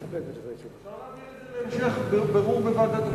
אפשר להעביר את זה להמשך בירור בוועדת הפנים.